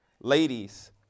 Ladies